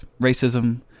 racism